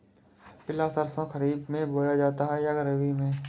पिला सरसो खरीफ में बोया जाता है या रबी में?